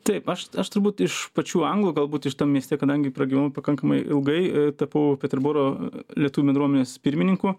taip aš aš turbūt iš pačių anglų galbūt aš tam mieste kadangi pragyvenau pakankamai ilgai tapau peterboro lietuvių bendruomenės pirmininku